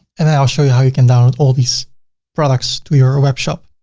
and then i'll show you how you can download all these products to your web shop.